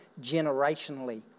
generationally